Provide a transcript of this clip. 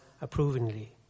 approvingly